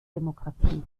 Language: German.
demokratie